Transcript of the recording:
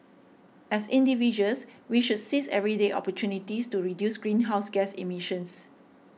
as individuals we should seize everyday opportunities to reduce greenhouse gas emissions